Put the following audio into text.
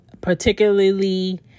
particularly